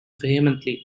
vehemently